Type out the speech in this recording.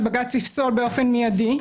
שבג"ץ יפסול באופן מיידי,